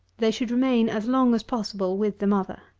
they should remain as long as possible with the mother.